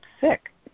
sick